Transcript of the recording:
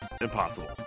impossible